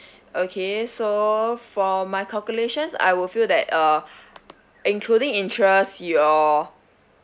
okay so for my calculations I would feel that uh including interests your